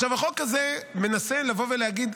החוק הזה מנסה לבוא ולהגיד,